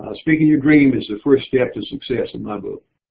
ah speaking your dream is the first step to success in my book.